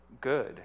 good